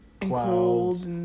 clouds